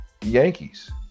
Yankees